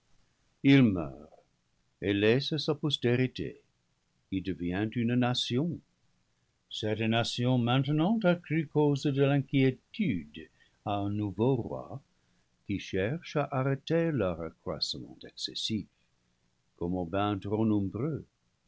il meurt et laisse sa postérité qui devient une nation cette nation maintenant accrue cause de l'inquiétude à un nouveau roi qui cherche à arrêter leur accroissement excessif comme aubains